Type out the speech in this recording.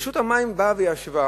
כשרשות המים באה וישבה,